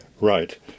Right